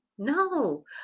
No